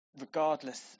regardless